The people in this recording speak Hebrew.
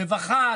רווחה,